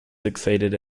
succeeded